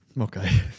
okay